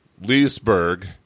Leesburg